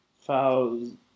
thousand